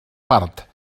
part